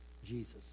Jesus